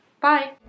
Bye